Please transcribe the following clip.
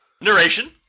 Narration